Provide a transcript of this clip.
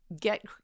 get